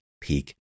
peak